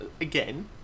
again